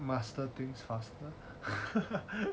master things faster